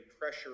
pressure